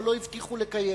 אבל לא הבטיחו לקיים.